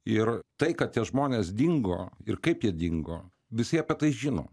ir tai kad tie žmonės dingo ir kaip jie dingo visi apie tai žino